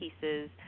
pieces